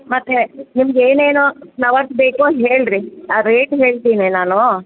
ಮತ್ತೆ ನಿಮಗೆ ಏನೇನೋ ಫ್ಲವರ್ಸ್ ಬೇಕು ಹೇಳಿ ರೀ ಆ ರೇಟ್ ಹೇಳ್ತೀನಿ ನಾನು